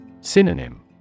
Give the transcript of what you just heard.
Synonym